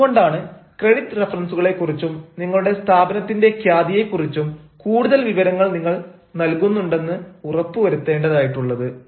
അതുകൊണ്ടാണ് ക്രെഡിറ്റ് റഫറൻസുകളെ കുറിച്ചും നിങ്ങളുടെ സ്ഥാപനത്തിന്റെ ഖ്യാതിയെ കുറിച്ചും കൂടുതൽ വിവരങ്ങൾ നിങ്ങൾ നൽകുന്നുണ്ടെന്ന് ഉറപ്പുവരുത്തേണ്ടതായിട്ടുള്ളത്